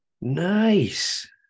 nice